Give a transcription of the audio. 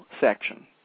section